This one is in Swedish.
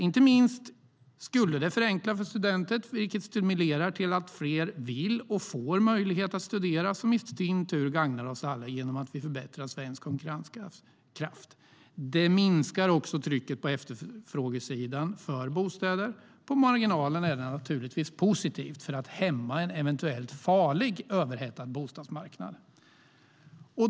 Inte minst skulle det förenkla för studenter, vilket stimulerar att fler vill och kan studera. Det gagnar i sin tur oss alla genom att vi förbättrar svensk konkurrenskraft. Det minskar också efterfrågetrycket på bostäder. På marginalen är det naturligtvis positivt för att hämma en eventuellt farligt överhettad bostadsmarknad.